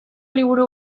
liburu